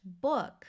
book